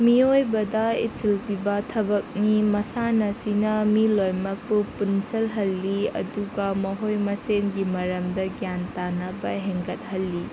ꯃꯤꯑꯣꯏꯕꯗ ꯏꯊꯤꯜ ꯄꯤꯕ ꯊꯕꯛꯅꯤ ꯃꯁꯥꯟꯅꯁꯤꯅ ꯃꯤ ꯂꯣꯏꯃꯛꯄꯨ ꯄꯨꯟꯁꯤꯜꯍꯜꯂꯤ ꯑꯗꯨꯒ ꯃꯈꯣꯏ ꯃꯁꯦꯟꯒꯤ ꯃꯔꯝꯗ ꯒ꯭ꯌꯥꯟ ꯇꯥꯅꯕ ꯍꯦꯟꯒꯠꯍꯜꯂꯤ